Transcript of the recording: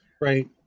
Right